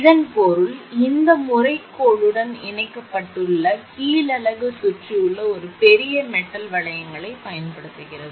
இதன் பொருள் இந்த முறை கோடுடன் இணைக்கப்பட்ட கீழ் அலகு சுற்றியுள்ள ஒரு பெரிய மெட்டல் வளையங்களைப் பயன்படுத்துகிறது